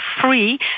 free